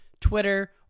Twitter